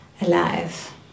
alive